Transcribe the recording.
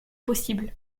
possible